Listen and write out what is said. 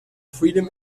freedom